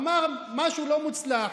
אמר משהו לא מוצלח,